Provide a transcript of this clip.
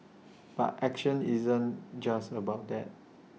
but action isn't just about that